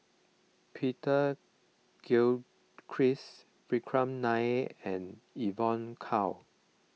Peter Gilchrist Vikram Nair and Evon Kow